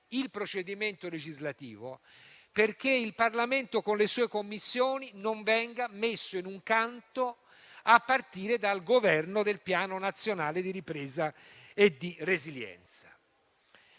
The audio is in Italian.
il procedimento legislativo, perché il Parlamento, con le sue Commissioni, non venga messo da parte a partire dal governo del Piano nazionale di ripresa e resilienza.